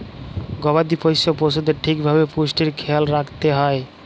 গবাদি পশ্য পশুদের ঠিক ভাবে পুষ্টির খ্যায়াল রাইখতে হ্যয়